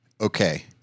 Okay